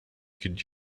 could